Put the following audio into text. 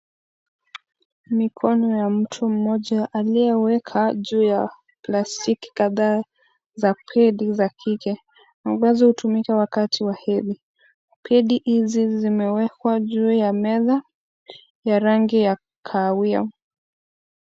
Mikono ya mtu mmoja, aliyeweka juu ya plastiki kadhaa za pedi za kike, ambazo hutumika wakati wa hedhi. Pedi hizi zimwekwa juu ya meza ya rangi ya kahawia.